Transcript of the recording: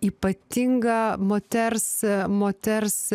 ypatinga moters moters